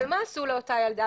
אז מה עשו לאותה ילדה?